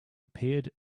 appeared